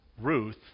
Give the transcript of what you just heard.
Ruth